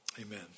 amen